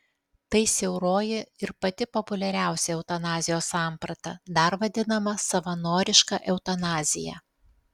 tai siauroji ir pati populiariausia eutanazijos samprata dar vadinama savanoriška eutanazija